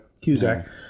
Cusack